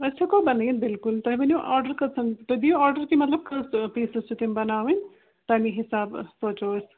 أسۍ ٮ۪کو بنٲیِتھ بلکُل بلکُل تُہۍ ؤنِو آرڈر کٕژن تُہۍ دِیِو آرڈر تہٕ مطلب کٔژ پیٖسِز چھِ تِم بانوٕنۍ تَمی حِساب سونٛچو أسۍ